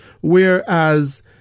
Whereas